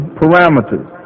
parameters